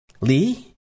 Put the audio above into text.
Lee